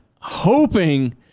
hoping